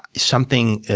something